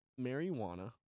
marijuana